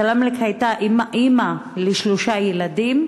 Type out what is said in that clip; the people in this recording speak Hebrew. סלמלק הייתה אימא לשלושה ילדים.